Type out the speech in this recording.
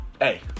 hey